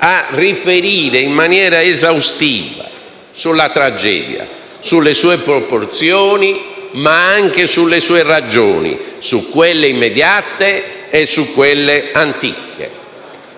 a riferire in maniera esaustiva sulla tragedia, sulle sue proporzioni, ma anche sulle sue ragioni: su quelle immediate e su quelle antiche.